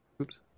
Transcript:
oops